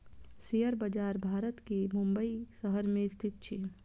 share बजार भारत के मुंबई शहर में स्थित अछि